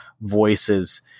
voices